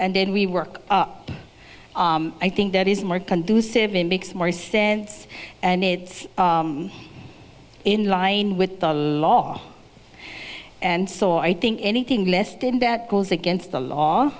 and then we work up i think that is more conducive in makes more sense and it's in line with the law and so i think anything less than that goes against the